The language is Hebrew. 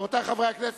רבותי חברי הכנסת,